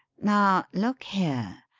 now, look here!